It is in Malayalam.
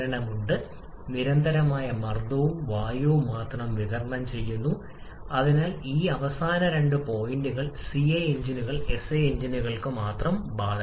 എന്നിരുന്നാലും കുറച്ചതിനാൽ ഒരുതരം വീണ്ടെടുക്കൽ ഉണ്ട് താപനിലയും അനുബന്ധവും k ന്റെ മൂല്യം വർദ്ധിപ്പിക്കുന്നു